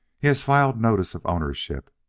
he has filed notice of ownership,